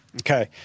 Okay